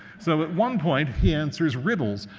so at one point, he answers riddles.